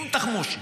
עם תחמושת,